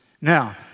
Now